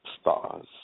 Stars